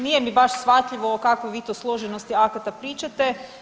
Nije mi baš shvatljivo o kakvoj vi to složenosti akata pričate.